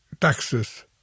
taxes